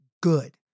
good